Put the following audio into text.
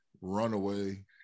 Runaway